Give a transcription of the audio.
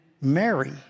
Mary